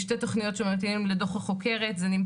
החלק החדש יותר הוא בן 250 שנה,